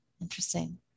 interesting